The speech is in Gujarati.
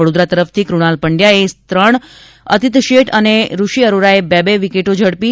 વડોદરા તરફથી ફણાલ પંડ્યાએ ત્રણ અ અતીત શેઠ તથા ઋષિ અરોડેએ બે બે વિકેટો ઝડપી હતી